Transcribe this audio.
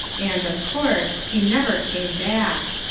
and, of course, he never came back.